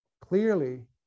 clearly